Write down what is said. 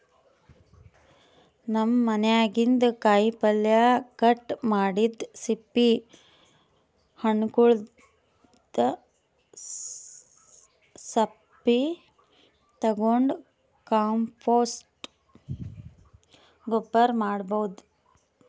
ನಮ್ ಮನ್ಯಾಗಿನ್ದ್ ಕಾಯಿಪಲ್ಯ ಕಟ್ ಮಾಡಿದ್ದ್ ಸಿಪ್ಪಿ ಹಣ್ಣ್ಗೊಲ್ದ್ ಸಪ್ಪಿ ತಗೊಂಡ್ ಕಾಂಪೋಸ್ಟ್ ಗೊಬ್ಬರ್ ಮಾಡ್ಭೌದು